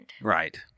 Right